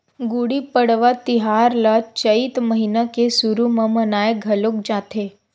गुड़ी पड़वा तिहार ल चइत महिना के सुरू म मनाए घलोक जाथे